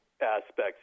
aspects